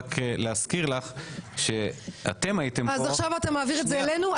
רק להזכיר לך שאתם הייתם פה --- אז עכשיו אתה מעביר את זה אלינו?